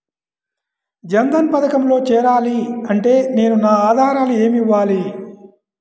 జన్ధన్ పథకంలో చేరాలి అంటే నేను నా ఆధారాలు ఏమి ఇవ్వాలి?